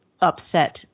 upset